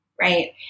right